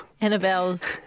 Annabelle's